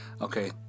okay